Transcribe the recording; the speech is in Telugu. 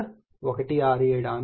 167 ఆంపియర్ అవుతుంది